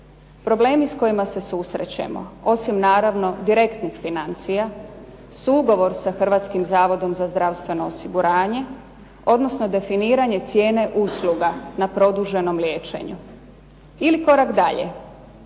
Problemi s kojima se susrećemo, osim naravno direktnih financija su ugovor sa Hrvatskim zavodom za zdravstveno osiguranje, odnosno definiranje cijene usluga na produženom liječenju ili korak dalje